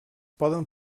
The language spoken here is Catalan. poden